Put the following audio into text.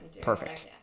Perfect